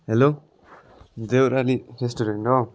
hello Deurali restaurant हो